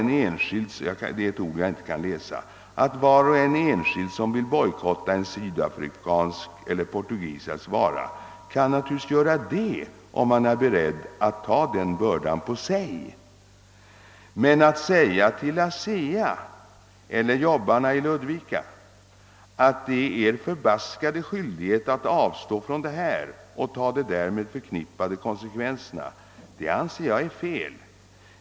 Det är klart att var och en enskild som vill bojkotta en sydafrikansk eller portugisisk vara kan naturligtvis göra det om han är beredd att ta den bördan på sig. Men att säga till Asea eller jobbarna i Ludvika, att det är er förbaskade skyldighet att avstå från det här och ta de därmed förknippade konsekvenserna, det anser jag är fel.